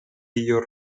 your